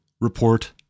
report